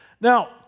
Now